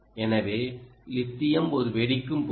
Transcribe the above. எனவே லித்தியம் ஒரு வெடிக்கும் பொருள்